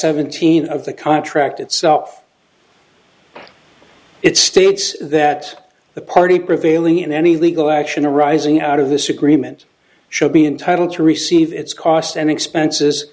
seventeen of the contract itself it states that the party prevailing in any legal action arising out of this agreement should be entitled to receive its costs and expenses